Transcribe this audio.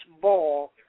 ball